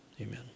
amen